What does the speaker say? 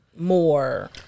more